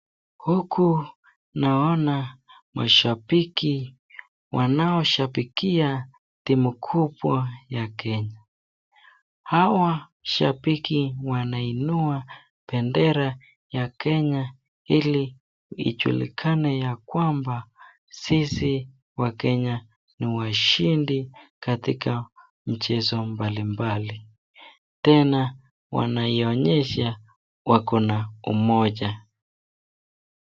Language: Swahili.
Huku naona mashabiki wanaoshabikia timu kubwa ya Kenya. Hawa shabiki wanainua bendera ya Kenya, ili ijulikane ya kwamba sisi wakenya ni washindi katika michezo mbali mbali. Tena wanaionyesha wako na umoja.